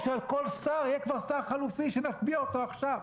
על החוקים עוד בטח נמשיך לדבר.